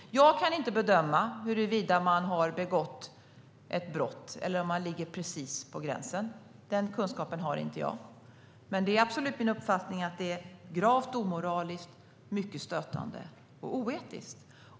Jag kan inte bedöma huruvida det är ett brott eller om det ligger precis på gränsen; den kunskapen har inte jag. Men det är absolut min uppfattning att det är gravt omoraliskt och mycket stötande och oetiskt.